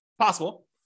possible